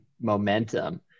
momentum